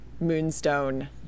Moonstone